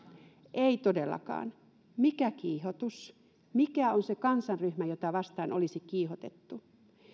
ei todellakaan mikä kiihotus mikä on se kansanryhmä jota vastaan olisi kiihotettu